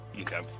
Okay